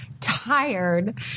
tired